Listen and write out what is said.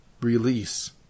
release